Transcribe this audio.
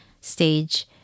stage